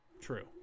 True